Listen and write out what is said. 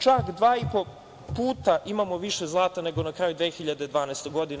Čak 2,5 puta imamo više zlata nego na kraju 2012. godine.